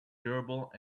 durable